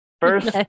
first